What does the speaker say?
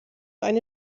eine